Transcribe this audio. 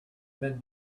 been